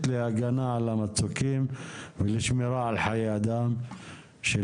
להגנה על המצוקים ולשמירה על חיי אדם.